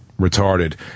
retarded